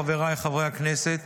חבריי חברי הכנסת,